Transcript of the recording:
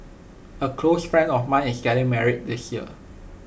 A close friend of mine is getting married this year